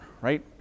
right